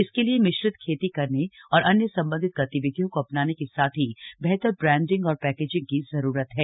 इसके लिए मिश्रित खेती करने और अन्य संबंधित गतिविधियों अपनाने के साथ ही बेहतर ब्रांडिग और पैकेजिंग की जरूरत है